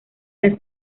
las